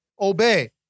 Obey